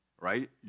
right